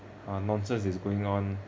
uh nonsense is going on